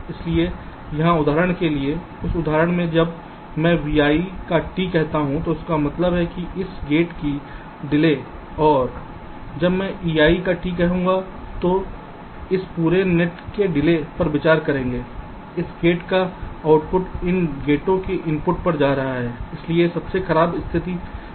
इसलिए यहाँ उदाहरण के लिए इस उदाहरण में जब मैं vi का t कहता हूं तो इसका मतलब है कि इस गेट की डिले और जब मैं ei का t कहूंगा तो यह इस पूरे नेट की डिले पर विचार करेगा इस गेट का आउटपुट इन गेटो के इनपुट पर जा रहा है इसलिए सबसे खराब स्थिति इस पूरे नेट की डिले है